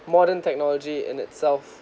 modern technology and itself